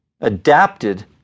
adapted